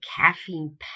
caffeine